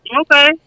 Okay